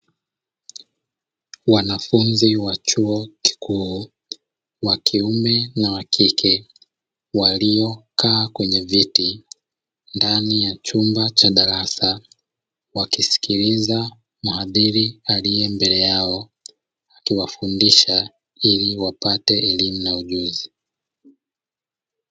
Wanafunzi wa chuo kikuu wakiume na wakike waliokaa kwenye viti ndani ya chumba ya cha darasa. Wakisikiliza mhazili aliyembele yao akiwafundisha ili wapate elimu na ujuzi.